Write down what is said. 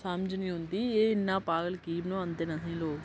समझ नी औंदी एह् इन्ना पागल की बनांदे न अहें गी लोक